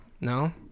No